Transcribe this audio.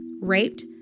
raped